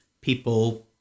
people